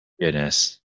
goodness